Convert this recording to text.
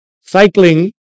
Cycling